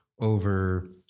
over